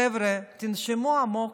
חבר'ה, תנשמו עמוק.